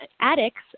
addicts